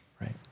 right